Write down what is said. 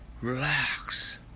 Relax